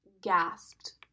gasped